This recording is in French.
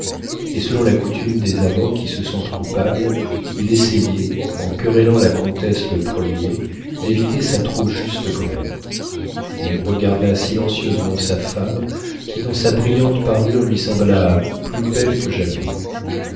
et selon la coutume des amants qui se sentent coupables il essayait en querellant la comtesse le premier d'éviter sa trop juste colère il regarda silencieusement sa femme qui dans sa brillante parure lui sembla plus belle que jamais